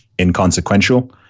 inconsequential